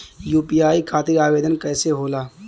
UPI खातिर आवेदन कैसे होला?